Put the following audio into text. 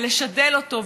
ולשדל אותו,